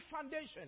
foundation